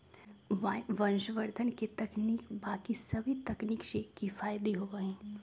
वायवसंवर्धन के तकनीक बाकि सभी तकनीक से किफ़ायती होबा हई